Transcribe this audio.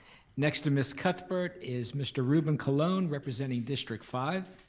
next to miss cuthbert is mr. ruben colon, representing district five.